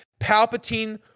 Palpatine